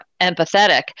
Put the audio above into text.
empathetic